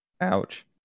Ouch